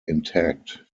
intact